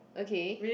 okay